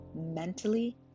mentally